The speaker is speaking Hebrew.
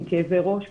עם כאבי ראש וכו'.